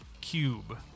cube